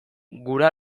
gura